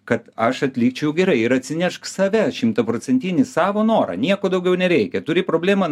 kad aš atlikčiau gerai ir atsinešk save šimtaprocentinį savo norą nieko daugiau nereikia turi problemą